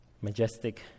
Majestic